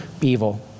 evil